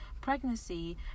pregnancy